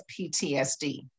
PTSD